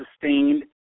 sustained